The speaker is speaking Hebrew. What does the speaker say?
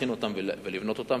ומכינים אותם ובונים אותם,